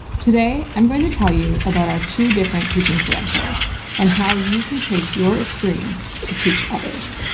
today, i'm going to tell you about our two different teaching credentials and how you can take your experience to teach others.